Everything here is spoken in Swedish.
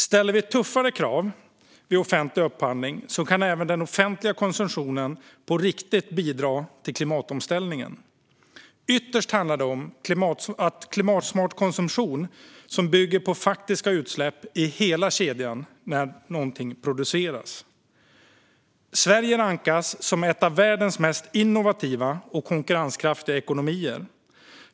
Ställer vi tuffare krav vid offentlig upphandling kan även den offentliga konsumtionen på riktigt bidra till klimatomställningen. Ytterst handlar det om klimatsmart konsumtion som bygger på faktiska utsläpp i hela kedjan när något produceras. Sverige rankas som en av världens mest innovativa och konkurrenskraftiga ekonomier.